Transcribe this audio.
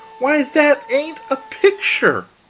why, that ain't a picture!